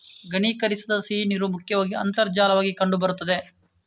ಘನೀಕರಿಸದ ಸಿಹಿನೀರು ಮುಖ್ಯವಾಗಿ ಅಂತರ್ಜಲವಾಗಿ ಕಂಡು ಬರುತ್ತದೆ